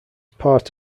part